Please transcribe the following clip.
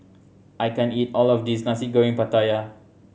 I can't eat all of this Nasi Goreng Pattaya